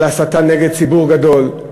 על הסתה נגד ציבור גדול,